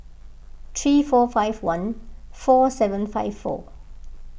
three four five one four seven five four